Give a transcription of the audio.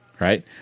right